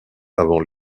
avant